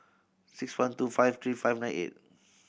six one two five three five nine eight